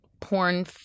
porn